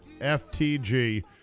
FTG